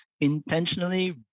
intentionally